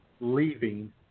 leaving